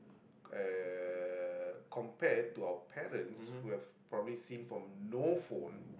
uh compared to our parents who have probably seen from no phone